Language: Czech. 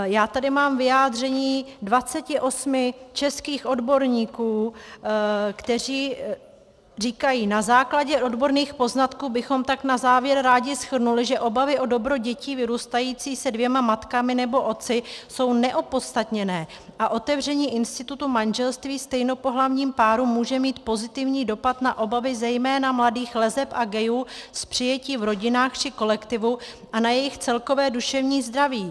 Já tady mám vyjádření 28 českých odborníků, kteří říkají: Na základě odborných poznatků bychom tak na závěr rádi shrnuli, že obavy o dobro dětí vyrůstajících se dvěma matkami nebo otci jsou neopodstatněné a otevření institutu manželství stejnopohlavním párům může mít pozitivní dopad na obavy zejména mladých leseb a gayů z přijetí v rodinách či kolektivu a na jejich celkové duševní zdraví.